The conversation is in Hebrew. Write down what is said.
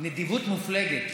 נדיבות מופלגת.